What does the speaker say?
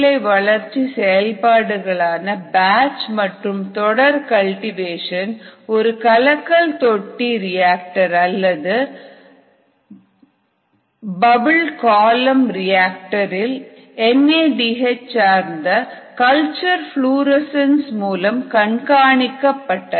coli வளர்ச்சி செயல்பாடுகளான batch மற்றும் தொடர் கல்டிவேஷன் ஒரு கலக்கல் தொட்டி ரியாக்டர் அல்லது பபிள் காலம் ரியாக்டர் இல் என் ஏ டி ஹெச் சார்ந்த கல்ச்சர் புளோரசன்ஸ் மூலம் கண்காணிக்கப்பட்டன